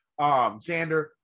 Xander